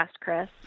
Chris